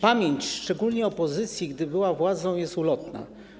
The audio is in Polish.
Pamięć, szczególnie opozycji, gdy była władzą, jest ulotna.